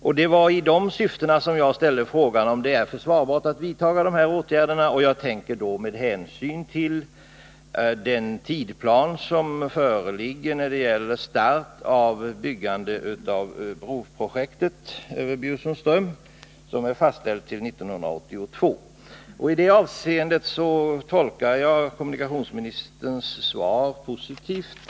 Anledningen till att jag ställde frågan om det är försvarbart att vidta de här åtgärderna var att den tidsplan som föreligger när det gäller byggnadsstart för broprojektet över Bjursundsström är fastställd till 1982. I det avseendet tolkar jag kommunikationsministerns svar positivt.